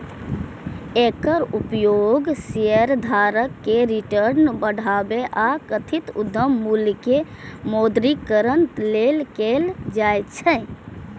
एकर उपयोग शेयरधारक के रिटर्न बढ़ाबै आ कथित उद्यम मूल्य के मौद्रीकरण लेल कैल जाइ छै